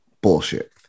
bullshit